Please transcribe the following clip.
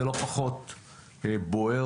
זה לא פחות בוער,